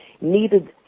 needed